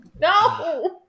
No